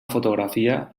fotografia